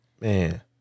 Man